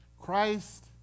Christ